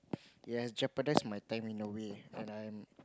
it has jeopardise my time in a way and I'm